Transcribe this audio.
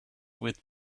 with